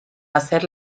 hacer